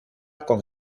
con